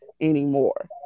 anymore